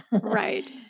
right